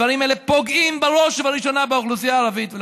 הדברים האלה פוגעים בראש ובראשונה באוכלוסייה הערבית.